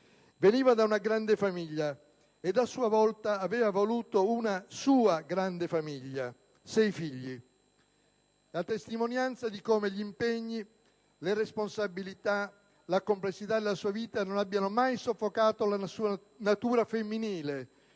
Veniva da una grande famiglia e, a sua volta, aveva voluto una sua grande famiglia, sei figli, a testimonianza di come gli impegni, le responsabilità, la complessità della sua vita non abbiano mai soffocato la sua natura femminile,